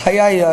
הבעיה היא,